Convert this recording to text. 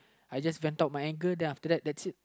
I just vent out my anger then after that that's it